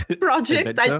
Project